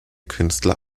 künstler